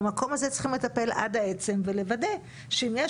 במקום הזה צריכים לטפל עד העצם ולוודא שאם יש